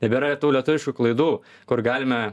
nebėra tų lietuviškų klaidų kur galime